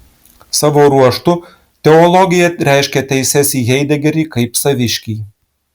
savo ruožtu teologija reiškė teises į haidegerį kaip saviškį